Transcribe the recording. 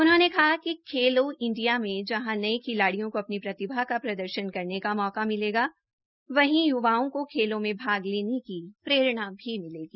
उन्होंने कहा कि खेलो इंडिया में जहां नये खिलाडियों को अपनी प्रतिभा का प्रदर्शन करने का मौका मिलेगा वहीं युवा को खेलों में भाग लेने की प्रेरणा भी मिलेगी